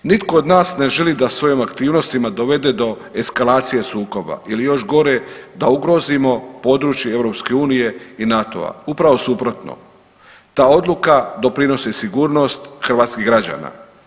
Nitko od nas ne želi da s ovim aktivnostima dovede do eskalacije sukoba ili još gore da ugrozimo područje EU i NATO-a, upravo suprotno ta odluka doprinosi sigurnost hrvatskih građana.